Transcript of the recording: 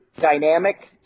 dynamic